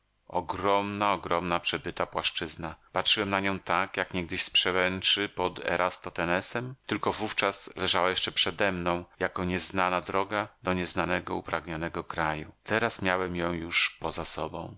ogromna ogromna przebyta płaszczyzna patrzyłem na nią tak jak niegdyś z przełęczy pod eratosthenesem tylko wówczas leżała jeszcze przedemną jako nieznana droga do nieznanego upragnionego kraju teraz miałem ją już poza sobą